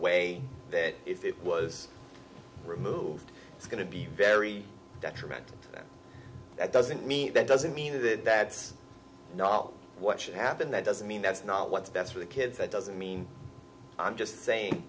way that if it was removed it's going to be very detrimental to them that doesn't mean that doesn't mean that that's not what should happen that doesn't mean that's not what's best for the kids that doesn't mean i'm just saying